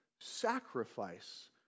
sacrifice